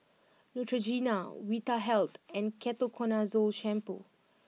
Neutrogena Vitahealth and Ketoconazole shampoo